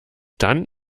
dann